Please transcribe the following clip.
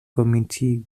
committee